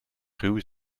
ruw